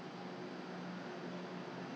then 怎么样 leh 我是先洗手